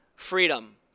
freedom